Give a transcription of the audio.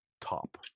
top